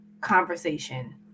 conversation